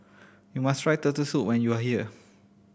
you must try Turtle Soup when you are here